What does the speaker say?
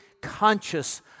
conscious